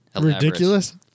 ridiculous